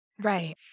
Right